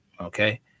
Okay